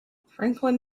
franklin